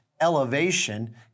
elevation